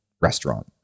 restaurant